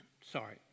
Sorry